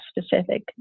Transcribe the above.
specific